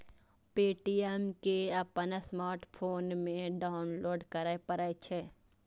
Paytm कें अपन smartphone मे डाउनलोड करय पड़ै छै